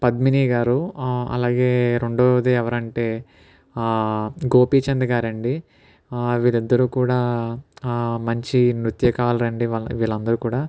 పద్మిని గారు అలాగే రెండవది ఎవరంటే గోపీచంద్ గారండి ఆ వీరిద్దరూ కూడా మంచి నృత్యకారులు అండి వీళ్ళందరూ కూడా